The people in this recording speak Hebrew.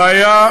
הבעיה,